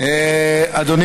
הבאתי